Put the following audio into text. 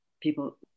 people